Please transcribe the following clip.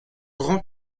grand